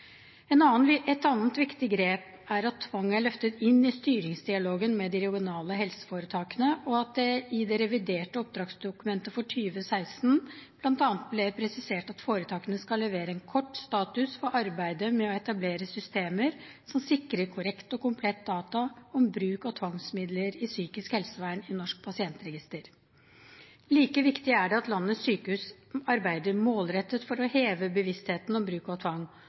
Et annet viktig grep er at tvang er løftet inn i styringsdialogen med de regionale helseforetakene, og at det i det reviderte oppdragsdokumentet for 2016 bl.a. ble presisert at foretakene skal levere en kort status for arbeidet med å etablere systemer som sikrer korrekte og komplette data om bruk av tvangsmidler i psykisk helsevern, i Norsk pasientregister. Like viktig er det at landets sykehus arbeider målrettet for å heve bevisstheten om bruk av tvang,